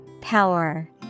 power